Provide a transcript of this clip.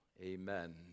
amen